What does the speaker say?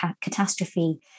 catastrophe